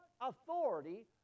authority